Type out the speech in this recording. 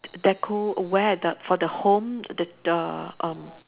deco where the for the home the the um